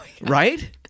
Right